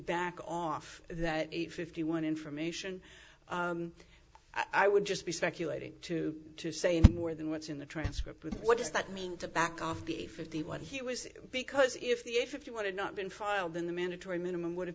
back off that eight fifty one information i would just be speculating to to say and more than what's in the transcript with what does that mean to back off the fifty one he was because if the if if you want to not been filed in the mandatory minimum would have